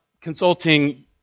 consulting